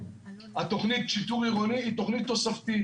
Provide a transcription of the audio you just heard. התוכנית שיטור עירוני היא תוכנית תוספתית,